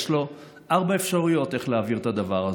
יש לו ארבע אפשרויות איך להעביר את הדבר הזה.